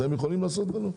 את זה הם יכולים לעשות לנו?